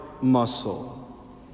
muscle